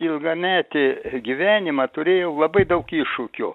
ilgametį gyvenimą turėjau labai daug iššūkių